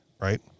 right